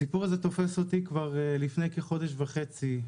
הסיפור הזה תופס אותי לפני כחודש וחצי.